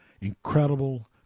incredible